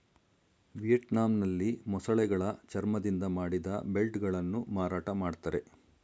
ವಿಯೆಟ್ನಾಂನಲ್ಲಿ ಮೊಸಳೆಗಳ ಚರ್ಮದಿಂದ ಮಾಡಿದ ಬೆಲ್ಟ್ ಗಳನ್ನು ಮಾರಾಟ ಮಾಡ್ತರೆ